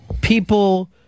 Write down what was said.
People